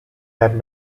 had